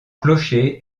clocher